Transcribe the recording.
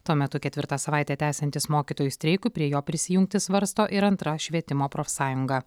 tuo metu ketvirtą savaitę tęsiantis mokytojų streikui prie jo prisijungti svarsto ir antra švietimo profsąjunga